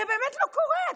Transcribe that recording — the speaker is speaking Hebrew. זה באמת לא קורה.